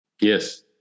Yes